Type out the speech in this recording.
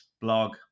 blog